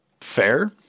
Fair